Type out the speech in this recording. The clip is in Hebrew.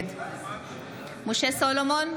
נגד משה סולומון,